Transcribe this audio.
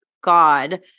God